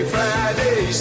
Friday